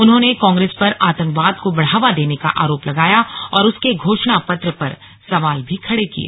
उन्होंने कांग्रेस पर आतंकवाद को बढ़ावा देने का आरोप लगाया और उसके घोषणापत्र पर सवाल भी खड़े किये